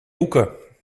hoeken